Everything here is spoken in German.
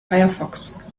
firefox